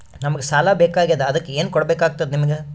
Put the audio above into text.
ನಮಗ ಸಾಲ ಬೇಕಾಗ್ಯದ ಅದಕ್ಕ ಏನು ಕೊಡಬೇಕಾಗ್ತದ ನಿಮಗೆ?